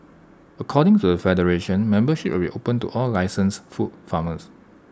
according to the federation membership will be opened to all licensed food farmers